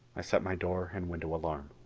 i set my door and window alarm.